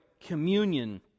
communion